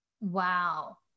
Wow